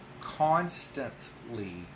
constantly